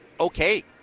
okay